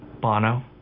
Bono